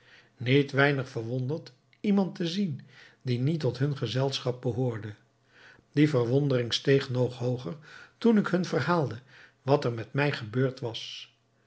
niet weinig verwonderd iemand te zien die niet tot hun gezelschap behoorde die verwondering steeg nog hooger toen ik hun verhaalde wat er met mij gebeurd was